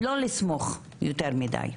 לא לסמוך יותר מדיי,